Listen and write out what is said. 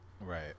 Right